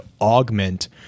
augment